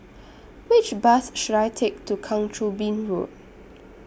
Which Bus should I Take to Kang Choo Bin Road